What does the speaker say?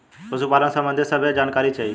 पशुपालन सबंधी सभे जानकारी चाही?